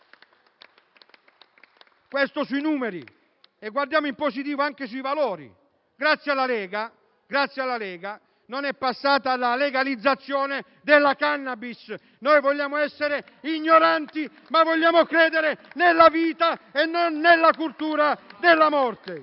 riguarda i numeri, ma guardiamo in positivo anche i valori. Grazie alla Lega, non è passata la legalizzazione della *cannabis.* Vogliamo essere ignoranti, ma vogliamo credere nella vita e non nella cultura della morte.